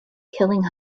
killing